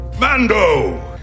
Mando